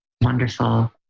Wonderful